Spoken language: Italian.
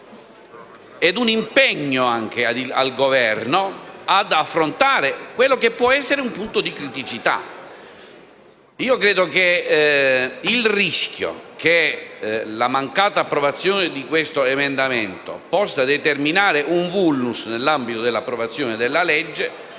di un impegno al Governo ad affrontare quello che può essere un punto di criticità. Dobbiamo assolutamente evitare il rischio che la mancata approvazione di questo emendamento possa determinare un *vulnus* nell'ambito dell'approvazione del disegno